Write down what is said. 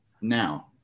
now